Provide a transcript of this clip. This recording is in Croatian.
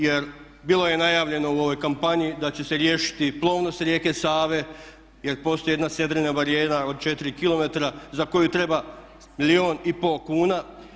Jer bilo je najavljeno u ovoj kampanji da će se riješiti plovnost rijeke Save, jer postoji jedna sedrena barijera od 4 km za koju treba milijun i pol kuna.